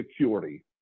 security